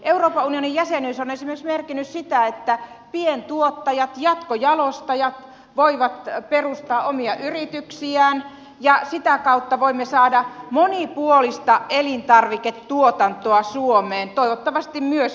euroopan unionin jäsenyys on esimerkiksi merkinnyt sitä että pientuottajat jatkojalostajat voivat perustaa omia yrityksiään ja sitä kautta voimme saada monipuolista elintarviketuotantoa suomeen toivottavasti myös vientiin